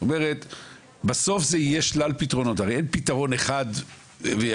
אומר שבסוף יהיו שלל פתרונות הרי אין פתרון אחד ויחיד,